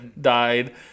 died